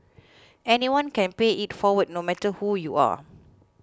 anyone can pay it forward no matter who you are